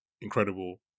incredible